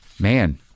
Man